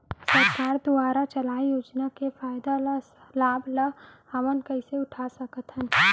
सरकार दुवारा चलाये योजना के फायदा ल लाभ ल हमन कइसे उठा सकथन?